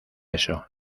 eso